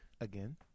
Again